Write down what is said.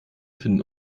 finden